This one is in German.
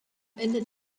ende